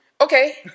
Okay